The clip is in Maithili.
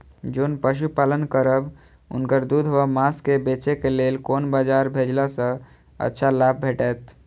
जोन पशु पालन करब उनकर दूध व माँस के बेचे के लेल कोन बाजार भेजला सँ अच्छा लाभ भेटैत?